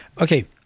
Okay